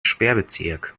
sperrbezirk